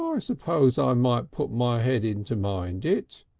i suppose i might put my head in to mind it,